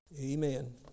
Amen